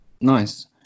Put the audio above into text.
Nice